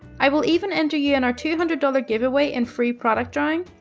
i will even enter you in our two hundred dollars giveaway in free product drawing.